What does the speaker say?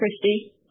Christy